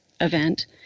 event